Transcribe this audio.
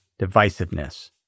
divisiveness